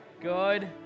Good